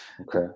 Okay